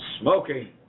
smoking